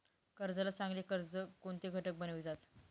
कर्जाला चांगले कर्ज कोणते घटक बनवितात?